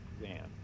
van